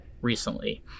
recently